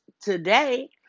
today